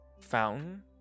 fountain